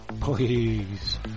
please